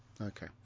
Okay